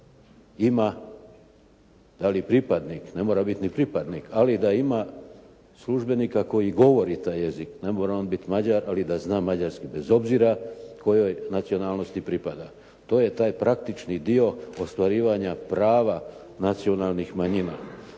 ima da li pripadnik, ne mora biti ni pripadnik, ali da ima službenika koji govori taj jezik, ne mora on biti Mađar, ali da zna mađarski bez obzira kojoj nacionalnosti pripada. To je taj praktični dio ostvarivanja prava nacionalnih manjina.